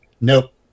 nope